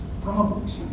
problems